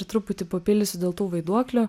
truputį papildysiu dėl tų vaiduoklių